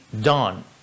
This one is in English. done